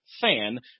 Fan